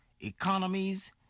economies